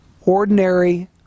ordinary